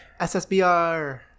SSBR